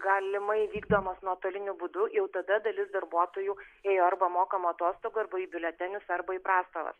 galimai vykdomos nuotoliniu būdu jau tada dalis darbuotojų ėjo arba mokamų atostogų arba į biuletenius arba į prastovas